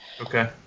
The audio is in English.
Okay